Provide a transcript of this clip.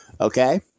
Okay